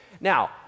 Now